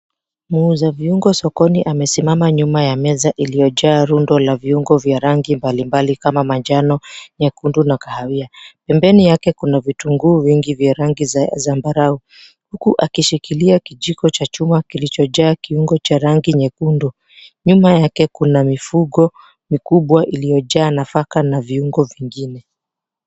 Muuza viungo sokoni amesimama nyuma ya meza iliyojaa rundo la viungo vya rangi mbalimbali kama manjano, nyekundu na kahawia. Pembeni yake kuna kitunguu vingi vya rangi za zambarau huku akishikilia kijiko cha chuma kilichojaa kiungo cha rangi nyekundu. Nyuma yake kuna mifugo mikubwa iliyojaa nafaka na viungo vingine.